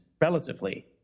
relatively